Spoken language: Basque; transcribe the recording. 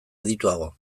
adituago